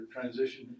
transition